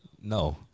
no